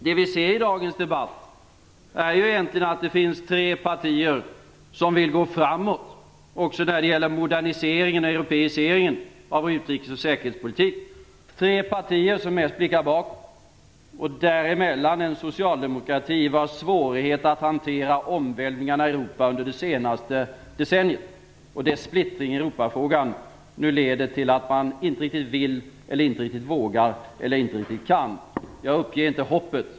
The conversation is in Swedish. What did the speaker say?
Det vi ser i dagens debatt är egentligen att det finns tre partier som vill gå framåt också när det gäller moderniseringen och europeiseringen av vår utrikesoch säkerhetspolitik, tre partier som helst blickar bakåt och däremellan en socialdemokrati vars svårighet att hantera omvälvningarna i Europa under den senaste decenniet och dess splittring i Europafrågan nu leder till att man inte riktigt vill, inte riktigt vågar eller inte riktigt kan. Jag uppger inte hoppet.